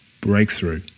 Breakthrough